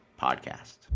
podcast